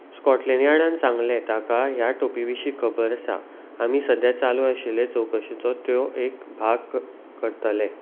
Scotland यार्डान सांगलें ताका ह्या टोपी विशीं खबर आसा आमी सद्द्या चालू आशिल्ले चवकशेचो त्यो एक भाग करतले